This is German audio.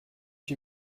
ich